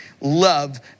love